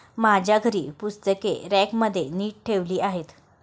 माझ्या घरी पुस्तके रॅकमध्ये नीट ठेवली आहेत